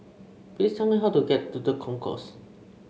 please tell me how to get to The Concourse